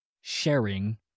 sharing